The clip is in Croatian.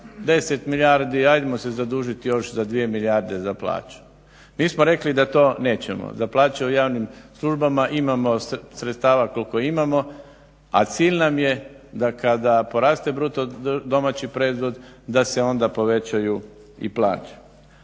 10 milijardi hajdemo se zadužiti još za 2 milijarde za plaće. Mi smo rekli da to nećemo. Za plaće u javnim službama imamo sredstava koliko imamo, a cilj nam je da kada poraste bruto domaći proizvod da se onda povećaju i plaće.